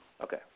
Okay